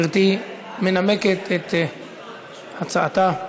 גברתי מנמקת את הצעתה.